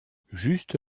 juste